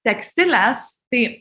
tekstiles tai